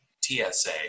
TSA